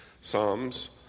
psalms